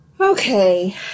okay